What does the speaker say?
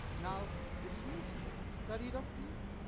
now the least studied of these,